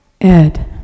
Ed